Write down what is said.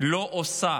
לא עושה.